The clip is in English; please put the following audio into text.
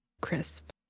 crisp